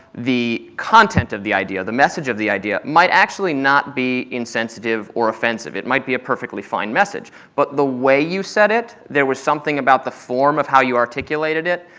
the content of the idea, the message of the idea, might actually not be insensitive or offensive. it might be a perfectly fine message, but the way you said it, there was something about the form of how you articulated it,